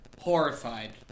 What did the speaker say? horrified